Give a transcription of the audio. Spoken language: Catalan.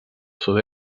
sud